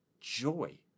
joy